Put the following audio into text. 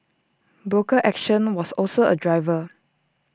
broker action was also A driver